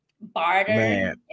barter